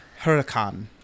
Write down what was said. Huracan